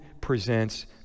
presents